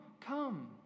come